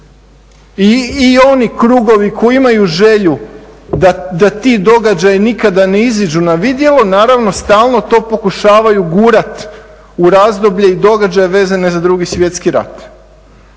i oni krugovi koji imaju želju da ti događaji nikada ne iziđu na vidjelo naravno stalno to pokušavaju gurati u razdoblje i događaje vezana za 2.svjetski rat.